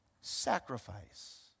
sacrifice